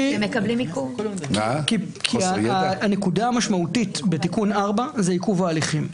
מכיוון שהנקודה המשמעותית בתיקון 4 זה עיכוב ההליכים.